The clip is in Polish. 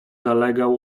zalegał